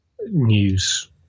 news